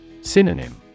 Synonym